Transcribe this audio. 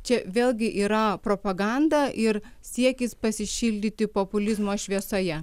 čia vėlgi yra propaganda ir siekis pasišildyti populizmo šviesoje